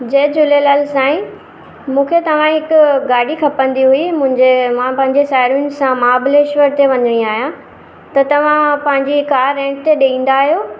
जय झूलेलाल साईं मूंखे तव्हां हिकु गाॾी खपंदी हुई मुंहिंजे मां पंहिंजे साहेड़ियुनि सां महाबलेश्वर ते वञिणी आहियां त तव्हां पंहिंजी कार रेंट ते ॾींदा आहियो